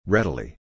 Readily